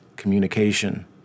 Communication